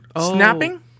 snapping